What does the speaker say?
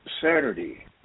Saturday